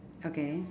okay